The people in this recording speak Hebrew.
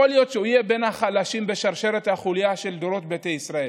יכול להיות שהוא יהיה בין החלשים בשרשרת החוליות של דורות ביתא ישראל.